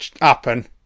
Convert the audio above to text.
happen